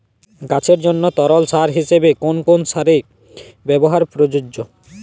গাছের জন্য তরল সার হিসেবে কোন কোন সারের ব্যাবহার প্রযোজ্য?